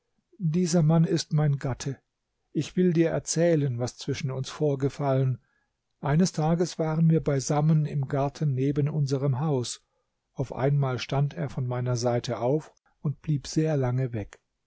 dieser mann ist mein gatte ich will dir erzählen was zwischen uns vorgefallen eines tages waren wir beisammen im garten neben unserem haus auf einmal stand er von meiner seite auf und blieb sehr lange weg